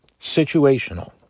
situational